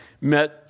met